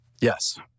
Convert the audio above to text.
Yes